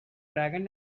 dragon